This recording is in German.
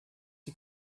die